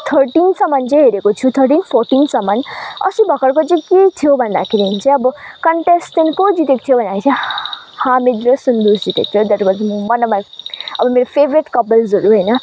थर्टिनसम्म चाहिँ हेरेको छु थर्टिन फोर्टिनसम्म अस्ति भर्खरको चाहिँ के थियो भन्दाखेरिन चाहिँ अब कन्टेसटेन को जितेको थियो भन्दाखेरि चाहिँ हामिद र सुन्दुस जितेको थियो date was one of my अब मेरो फेभरेट कपल्सहरू होइन